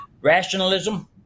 rationalism